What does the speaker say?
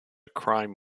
crime